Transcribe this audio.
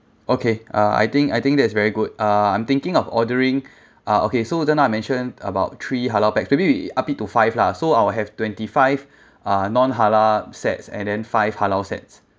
okay uh I think I think that's very good uh I'm thinking of ordering uh okay so just now I mentioned about three halal pax maybe up it to five lah so I will have twenty five uh non halal sets and then five halal sets